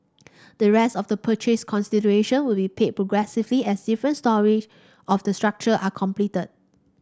the rest of the purchase consideration will be paid progressively as different storeys of the structure are completed